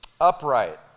Upright